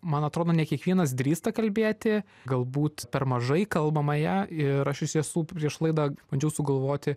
man atrodo ne kiekvienas drįsta kalbėti galbūt per mažai kalbama ja ir aš iš tiesų prieš laidą bandžiau sugalvoti